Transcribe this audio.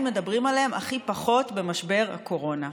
מדברים עליהם הכי פחות במשבר הקורונה.